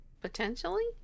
potentially